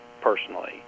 personally